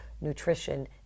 nutrition